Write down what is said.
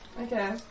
Okay